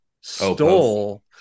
stole